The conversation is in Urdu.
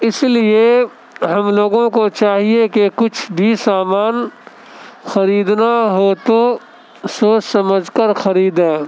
اس لیے ہم لوگوں کو چاہیے کہ کچھ بھی سامان خریدنا ہو تو سوچ سمجھ کر خریدیں